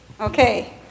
Okay